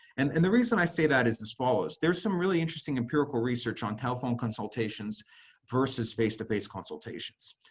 and and the reason i say that is as follows. there's some really interesting empirical research on telephone consultations versus face-to-face consultations.